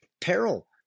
peril